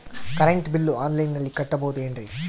Current bill ಆನ್ಲೈನಿನಲ್ಲಿ ಕಟ್ಟಬಹುದು ಏನ್ರಿ?